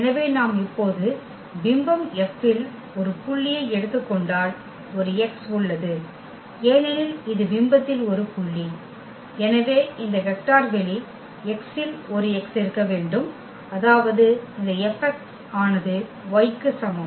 எனவே நாம் இப்போது பிம்பம் Fல் ஒரு புள்ளியை எடுத்துக் கொண்டால் ஒரு X உள்ளது ஏனெனில் இது பிம்பத்தில் ஒரு புள்ளி எனவே இந்த வெக்டர் வெளி X ல் ஒரு X இருக்க வேண்டும் அதாவது இந்த Fx ஆனது y க்கு சமம்